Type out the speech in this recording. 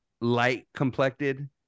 light-complected